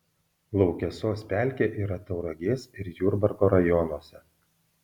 laukesos pelkė yra tauragės ir jurbarko rajonuose